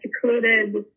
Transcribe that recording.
secluded